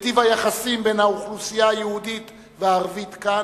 בטיב היחסים בין האוכלוסייה היהודית לערבית כאן,